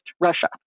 Russia